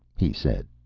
he said,